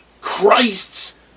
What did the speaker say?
Christ's